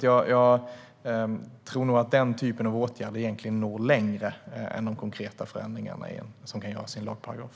Jag tror därför att den typen av åtgärder når längre än de konkreta förändringar som kan göras i en lagparagraf.